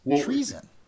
treason